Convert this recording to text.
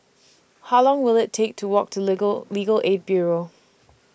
How Long Will IT Take to Walk to Legal Legal Aid Bureau